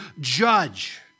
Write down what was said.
judge